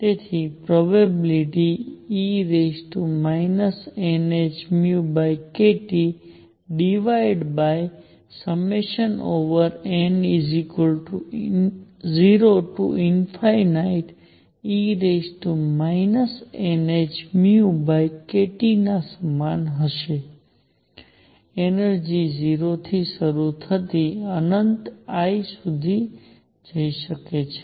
તેથી probability e nhνkTn0e nhνkT ના સમાન હશે એનર્જિ 0 થી શરૂ થતી અનંત I સુધી હોઈ શકે છે